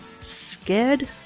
Scared